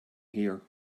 here